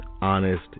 honest